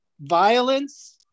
violence